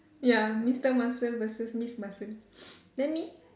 ya mister muscle versus miss muscle then me